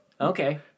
Okay